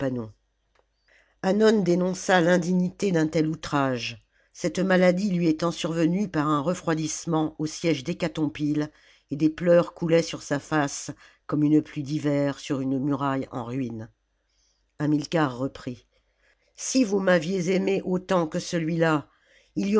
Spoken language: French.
hannon dénonça l'indignité d'un tel outrage cette maladie lui étant survenue par un refroidissement au siège d'hécatompjie et des pleurs coulaient sur sa face comme une pluie d'hiver sur une muraille en ruine hamilcar reprit si vous m'aviez aimé autant que celui-là